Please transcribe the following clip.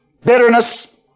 bitterness